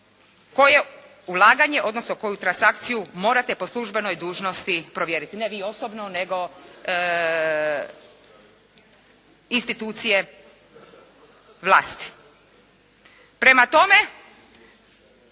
koje ulaganje, odnosno koju transakciju morate po službenoj dužnosti provjeriti. Ne vi osobno, nego institucije vlasti. Prema tome,